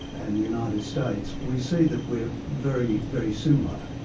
and the united states, we see that we're very, very similar.